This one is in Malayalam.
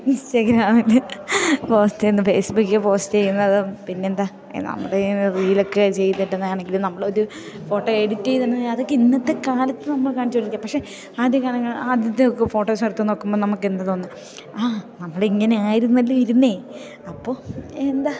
ഇൻസ്റ്റാഗ്രാമിൽ പോസ്റ്റ് ചെയ്യുന്ന ഫേസ്ബുക്കിൽ പോസ്റ്റ് ചെയ്യുന്നതും പിന്നെന്താ നമ്മൾ റീലൊക്കെ ചെയ്തിട്ടെന്നാണെങ്കിൽ നമ്മളൊരു ഫോട്ടോ എഡിറ്റ് ചെയ്തെ അതൊക്കെ ഇന്നത്തെ കാലത്ത് നമ്മൾ കാണിച്ചു കൊണ്ടിരിക്കുക പക്ഷെ ആദ്യ കാലങ്ങളിൽ ആദ്യത്തെ ഒക്കെ ഫോട്ടോസ് എടുത്ത് നോക്കുമ്പോൾ നമുക്ക് എന്താ തോന്നുന്നത് ആ നമ്മളിങ്ങനെ ആയിരുന്നല്ലെ ഇരുന്നത് അപ്പോൾ എന്താ